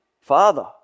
Father